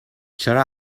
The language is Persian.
چرا